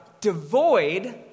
devoid